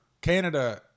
Canada